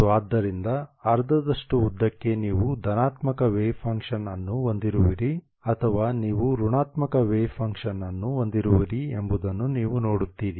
ಮತ್ತು ಆದ್ದರಿಂದ ಅರ್ಧದಷ್ಟು ಉದ್ದಕ್ಕೆ ನೀವು ಧನಾತ್ಮಕ ವೇವ್ ಫಂಕ್ಷನ್ ಅನ್ನು ಹೊಂದಿರುವಿರಿ ಅಥವಾ ನೀವು ಋಣಾತ್ಮಕ ವೇವ್ ಫಂಕ್ಷನ್ ಅನ್ನು ಹೊಂದಿರುವಿರಿ ಎಂಬುದನ್ನು ನೀವು ನೋಡುತ್ತೀರಿ